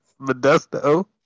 Modesto